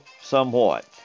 somewhat